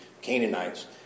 Canaanites